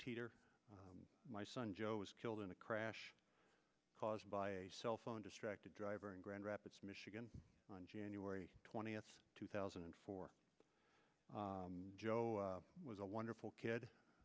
teeter my son joe was killed in a crash caused by a cell phone distracted driver in grand rapids michigan on january twentieth two thousand and four joe was a wonderful kid